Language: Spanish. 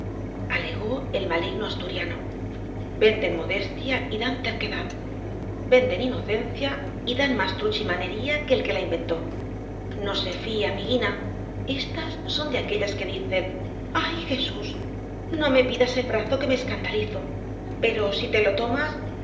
lucifer alegó el maligno asturiano venden modestia y dan terquedad venden inocencia y dan más truchimanería que el que la inventó no se fíe amiguina estas son de aquellas que dicen ay jesús no me pidas el brazo que me escandalizo pero si te lo tomas